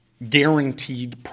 guaranteed